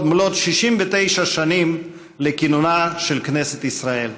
מלאת 69 שנים לכינונה של כנסת ישראל.